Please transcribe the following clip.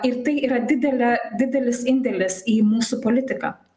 ir tai yra didelė didelis indėlis į mūsų politiką